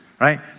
right